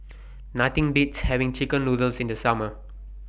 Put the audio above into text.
Nothing Beats having Chicken Noodles in The Summer